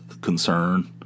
concern